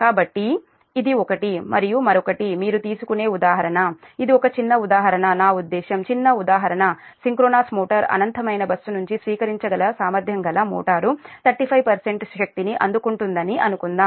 కాబట్టి ఇది ఒకటి మరియు మరొకటి మీరు తీసుకునే ఉదాహరణ ఇది ఒక చిన్న ఉదాహరణ నా ఉద్దేశ్యం చిన్న ఉదాహరణ సింక్రోనస్ మోటారు అనంతమైన బస్సు నుంచి స్వీకరించగల సామర్థ్యం గల మోటారు 35 శక్తిని అందుకుంటుందని అనుకుందాం